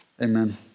Amen